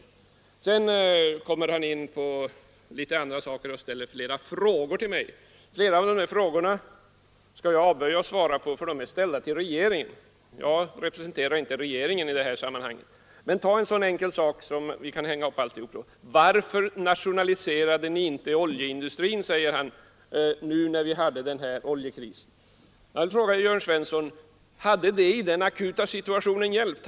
Herr Svensson kommer sedan in på litet andra saker och ställer frågor till mig. Flera av de frågorna skall jag avböja att svara på, eftersom de är ställda till regeringen. Jag representerar inte regeringen i det här sammanhanget. Men låt mig ta upp en så enkel fråga som: Varför nationaliserade ni inte oljeindustrin, när vi hade oljekrisen? Jag vill fråga Jörn Svensson: Hade det i den akuta situationen hjälpt?